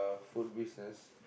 a food business